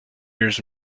years